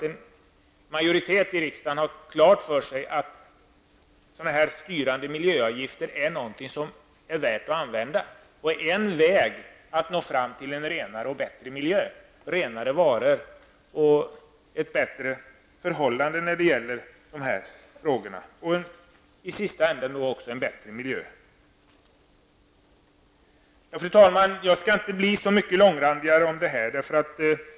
En majoritet i riksdagen har ändå klart för sig att styrande miljöavgifter är någonting som är värt att använda, och en väg att nå fram till renare och bättre miljö och renare varor. Fru talman! Jag skall inte bli långrandigare i detta sammanhang.